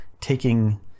taking